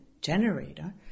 generator